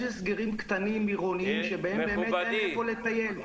יש הסגרים קטנים עירוניים שבהם באמת אין איפה לטייל.